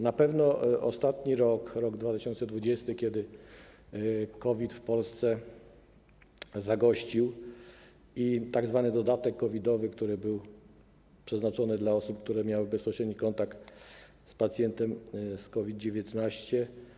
Na pewno chodzi o ostatni rok, rok 2020, kiedy COVID w Polsce zagościł, i o tzw. dodatek COVID-owy, który był przeznaczony dla osób, które miały bezpośredni kontakt z pacjentem z COVID-19.